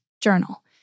journal